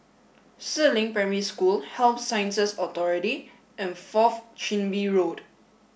Si Ling Primary School Health Sciences Authority and Fourth Chin Bee Road